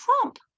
Trump